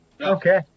Okay